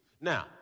Now